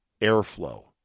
airflow